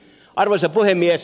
arvoisa puhemies